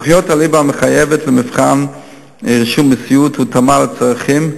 תוכנית הליבה המחייבת למבחן לרישום בסיעוד הותאמה לצרכים,